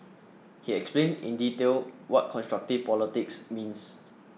he explained in detail what constructive politics means